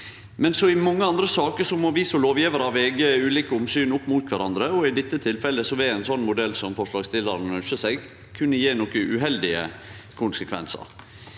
i mange andre saker må vi som lovgjevarar likevel vege ulike omsyn opp mot kvarandre, og i dette tilfellet vil ein slik modell som forslagsstillarane ønskjer seg, kunne gje nokre uheldige konsekvensar.